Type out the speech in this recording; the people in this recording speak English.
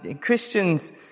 Christians